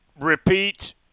repeat